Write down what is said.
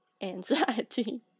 Anxiety